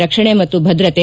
ರಕ್ಷಣೆ ಮತ್ತು ಭದ್ರತೆ